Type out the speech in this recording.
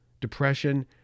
depression